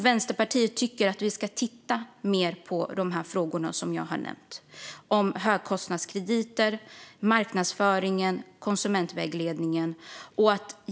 Vänsterpartiet tycker att vi ska titta mer på de frågor som jag har nämnt - högkostnadskrediterna, marknadsföringen och konsumentvägledningen.